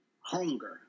hunger